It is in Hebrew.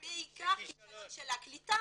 זה בעיקר כישלון של הקליטה